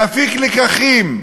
להפיק לקחים,